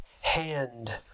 hand